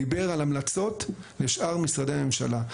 דיבר על המלצות לשאר משרדי הממשלה.